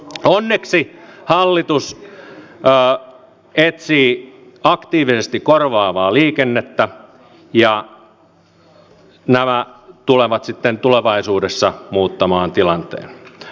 onneksi hallitus etsii aktiivisesti korvaavaa liikennettä ja nämä tulevat sitten tulevaisuudessa muuttamaan tilanteen